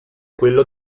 quello